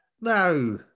No